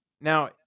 now